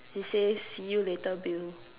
he says see you later Bill